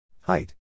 Height